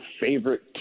favorite